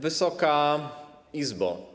Wysoka Izbo!